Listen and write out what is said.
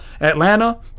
Atlanta